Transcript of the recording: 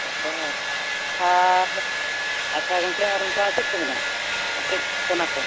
ᱟᱪᱪᱷᱟ ᱟᱨ ᱟᱪᱪᱷᱟ ᱜᱚᱝᱠᱮ ᱟᱨ ᱚᱱᱠᱟ ᱪᱮᱫ ᱠᱚ ᱢᱮᱱᱟᱜᱼᱟ ᱟᱨ ᱪᱮᱫ ᱠᱚᱱᱟ ᱠᱚ